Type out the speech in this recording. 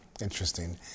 interesting